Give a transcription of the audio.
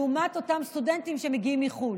לעומת אותם סטודנטים שמגיעים מחו"ל.